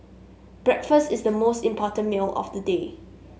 breakfast is the most important meal of the day